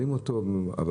אבל אותו אופה,